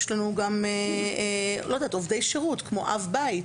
יש לנו גם עובדי שירות כמו אב בית.